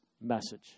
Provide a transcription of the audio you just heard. message